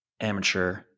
Amateur